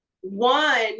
one